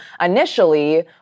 initially